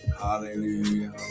Hallelujah